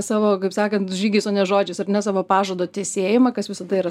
savo kaip sakan žygiais o ne žodžiais savo pažado tesėjimą kas visada yra